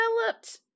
developed